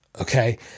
Okay